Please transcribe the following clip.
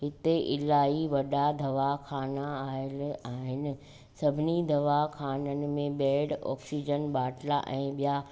हिते इलाही वॾा दवाखाना आयल आहिनि सभिनी दवाखाननि में बेड ऑक्सीजन बाटला ऐं ॿियां